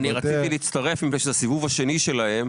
אני רציתי להצטרף מפני שזה הסיבוב השני שלהם,